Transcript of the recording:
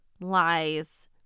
lies